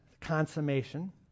consummation